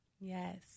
Yes